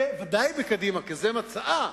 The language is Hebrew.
בוודאי בקדימה, כי זה מצעה,